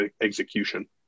execution